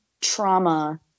trauma